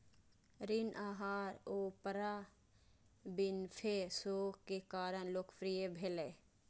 ऋण आहार Oprah Winfrey show के कारण लोकप्रिय भेलै